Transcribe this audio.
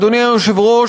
אדוני היושב-ראש,